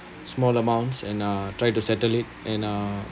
small amounts and uh try to settle it and uh